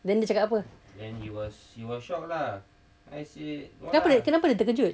then dia cakap apa kenapa kenapa dia terkejut